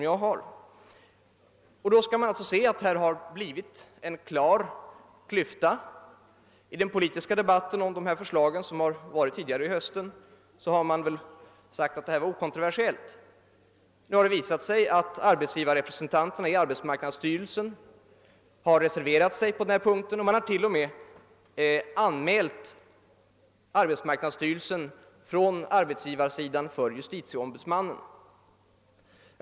Det har emellertid uppstått en klar klyfta i den politiska debatten. I höstas ansåg man att detta var okontroversiella saker, och nu har arbetsgivarrepresentanterna i arbetsmarknadsstyrelsen reserverat sig på denna punkt; från arbetsgivarnas sida har man t.o.m. anmält arbetsmarknadsstyrelsen för justitieombudsmannen.